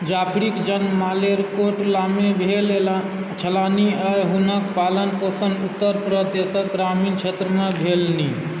जाफरीक जन्म मालेरकोटलामे भेल छलनि आ हुनक पालन पोषण उत्तर प्रदेशक ग्रामीण क्षेत्रमे भेलनि